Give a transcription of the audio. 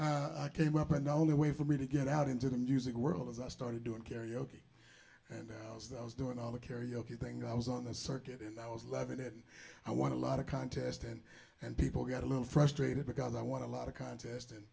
night i came up and only way for me to get out into the music world was i started doing karaoke and i was doing all the karaoke thing i was on the circuit and i was loving it i want a lot of contest and and people got a little frustrated because i want to lot of contest and